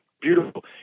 Beautiful